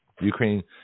Ukraine